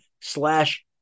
slash